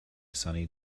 sunny